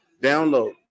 download